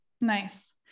Nice